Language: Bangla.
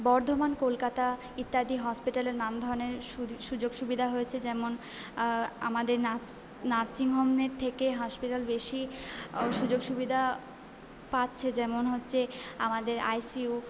বর্ধমান কলকাতা ইত্যাদি হসপিটালে নান ধরণের সুযোগ সুবিধা হয়েছে যেমন আমাদের নার্স নার্সিংহোমের থেকে হসপিতাল বেশি সুযোগ সুবিধা পাচ্ছে যেমন হচ্ছে আমাদের আইসিইউ